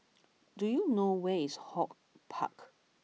do you know where is HortPark